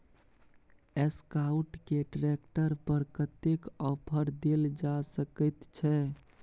Escort के tractor पर कतेक ऑफर दैल जा सकेत छै?